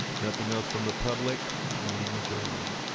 nothing else from the public, meeting adjourned.